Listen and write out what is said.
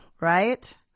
right